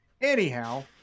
Anyhow